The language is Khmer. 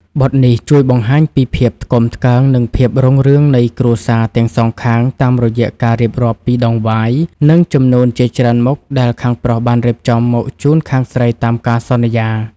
បទនេះជួយបង្ហាញពីភាពថ្កុំថ្កើង និងភាពរុងរឿងនៃគ្រួសារទាំងសងខាង តាមរយៈការរៀបរាប់ពីដង្វាយ និងជំនូនជាច្រើនមុខដែលខាងប្រុសបានរៀបចំមកជូនខាងស្រីតាមការសន្យា។